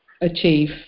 achieve